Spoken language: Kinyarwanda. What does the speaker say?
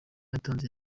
yatanze